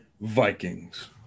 Vikings